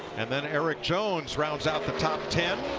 and then erik jones rounds out the top ten.